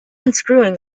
unscrewing